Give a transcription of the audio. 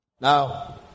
Now